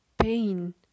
pain